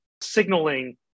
signaling